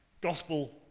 gospel